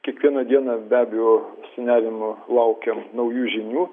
kiekvieną dieną beabejo su nerimu laukiam naujų žinių